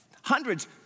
Hundreds